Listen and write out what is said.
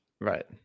Right